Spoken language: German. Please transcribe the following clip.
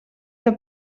der